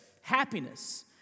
happiness